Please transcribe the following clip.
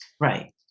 Right